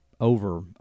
over